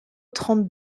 trente